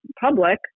public